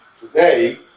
Today